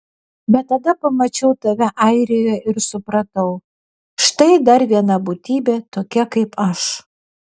bet tada pamačiau tave airijoje ir supratau štai dar viena būtybė tokia kaip aš